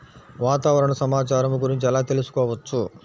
వాతావరణ సమాచారము గురించి ఎలా తెలుకుసుకోవచ్చు?